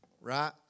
right